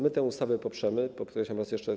My tę ustawę poprzemy, co podkreślam raz jeszcze.